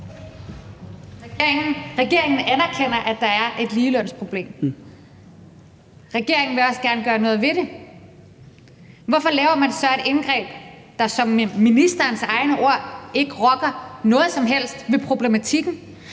Regeringen anerkender, at der er et ligelønsproblem. Regeringen vil også gerne gøre noget ved det. Hvorfor laver man så et indgreb, der med ministerens egne ord ikke rokker noget som helst ved problematikken?